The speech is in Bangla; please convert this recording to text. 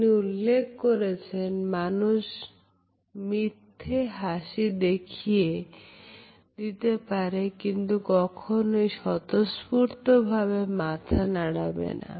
তিনি উল্লেখ করেছেন মানুষ মিথ্যে হাসি দেখিয়ে দিতে পারে কিন্তু কখনোই স্বতঃস্ফূর্তভাবে মাথা নাড়াবে না